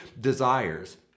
desires